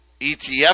ETF